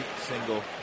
single